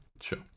Sure